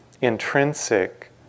intrinsic